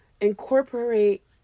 Incorporate